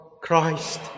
Christ